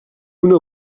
una